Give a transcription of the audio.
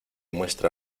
muestra